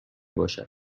باشد